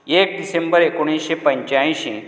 एक डिसेंबर एकोणीशें पंच्यायशीं